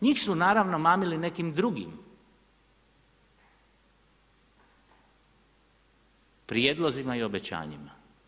Njih su naravno mamili nekim drugim prijedlozima i obećanjima.